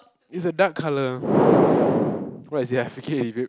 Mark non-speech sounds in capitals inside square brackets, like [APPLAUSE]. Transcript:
it's a dark colour [BREATH] what is it ah I forget already